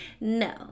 no